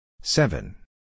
Seven